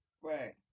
Right